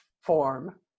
form